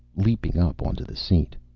leaping up onto the seat.